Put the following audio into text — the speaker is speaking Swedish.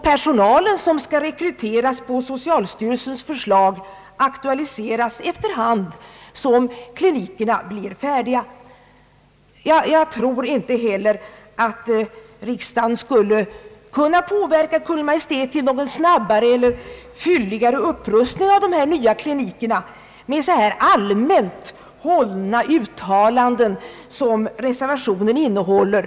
Personalen som skall rekryteras på socialstyrelsens förslag aktualiseras efter hand som klinikerna blir färdiga. Jag tror inte heller att riksdagen skulle kunna påverka Kungl. Maj:t till en snabbare eller fylligare upprustning av de nya klinikerna med så allmänt hållna uttalanden som reservationen innehåller.